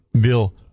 Bill